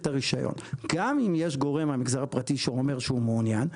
הרישיון גם אם יש גורם מהמגזר הפרטי שאומר שהוא מעוניין,